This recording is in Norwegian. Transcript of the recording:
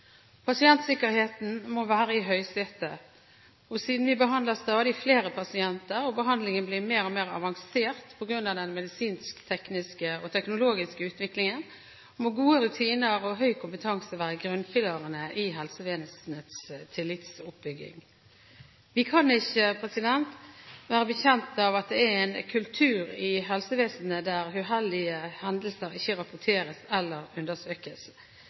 Pasientsikkerheten må være i høysetet, og siden vi behandler stadig flere pasienter og behandlingen blir mer og mer avansert på grunn av den medisinsktekniske og teknologiske utviklingen, må gode rutiner og høy kompetanse være grunnpilarene i helsevesenets tillitsoppbygging. Vi kan ikke være bekjent av at det er en kultur i helsevesenet der uheldige hendelser ikke rapporteres eller undersøkes.